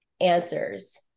answers